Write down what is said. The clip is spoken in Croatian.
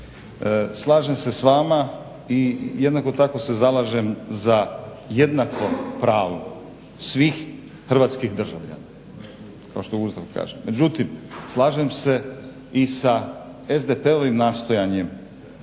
slažem se s vama i jednako tako se zalažem za jednako pravo svih Hrvatskih državljana kao što Ustav kaže. Međutim slažem se i sa SDP-ovim nastojanjem